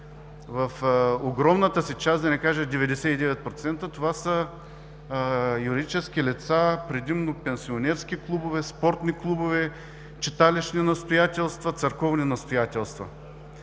В огромната си част, да не кажа 99%, това са юридически лица, предимно пенсионерски клубове, спортни клубове, читалищни настоятелства, църковни настоятелства.